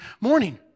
morning